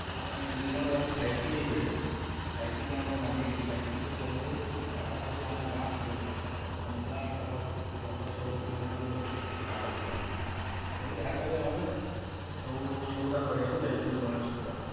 ତ ଆମେ ଦୁଇ ଜଣ ଯାକ ସାଇକେଲରେ ସାଇକେଲ ଜଣଙ୍କର ମାଗିଲୁ ସାଇକେଲରେ ଗଲୁ ପାଖା ପାଖି ଆମ ଗାଁଠୁ ଲମ୍ବା ପାଖା ପାଖି ପନ୍ଦର ଷୋହଲ କିଲୋମିଟର ଗୋଟେ ହାଟ ଥିଲା ସେହି ହାଟ ରେ ଆମେ ସବୁ ସଉଦା କରିବାକୁ ଯାଇଥିଲୁ ଗଣେଶ ପୂଜା ପାଇଁ